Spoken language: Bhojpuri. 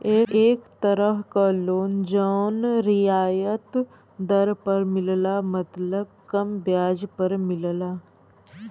एक तरह क लोन जौन रियायत दर पर मिलला मतलब कम ब्याज पर मिलला